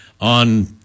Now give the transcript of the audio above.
on